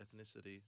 ethnicity